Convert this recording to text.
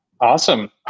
Awesome